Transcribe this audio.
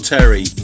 Terry